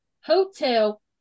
Hotel